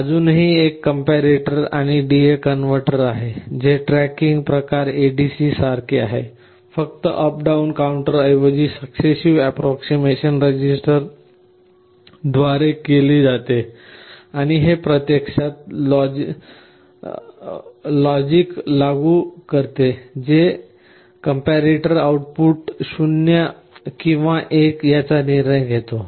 अजूनही एक कंपॅरेटर आणि DA कनव्हर्टर आहे जे ट्रॅकिंग प्रकार ADC सारखेच आहे फक्त अप डाउन काउंटर ची ऐवजी सक्सेससिव्ह अँप्रॉक्सिमेशन रजिस्टर द्वारे केली जाते आणि हे प्रत्यक्षात लॉजिक लागू करते जे कंपॅरेटरचे आउटपुट 0 आहे किंवा 1 याचा निर्णय घेतो